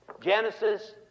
Genesis